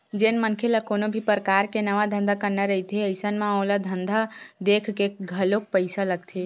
जेन मनखे ल कोनो भी परकार के नवा धंधा करना रहिथे अइसन म ओला धंधा देखके घलोक पइसा लगथे